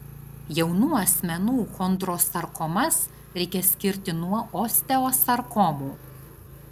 jaunų asmenų chondrosarkomas reikia skirti nuo osteosarkomų